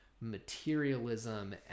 materialism